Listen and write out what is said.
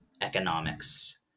economics